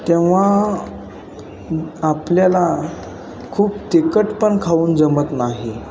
तेव्हा आपल्याला खूप तिखट पण खाऊन जमत नाही